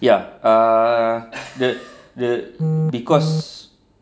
ya ah the the cause